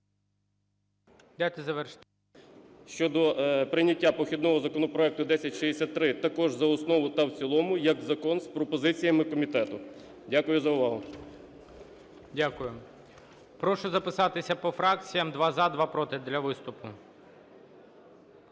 Дякую за вагу.